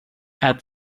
add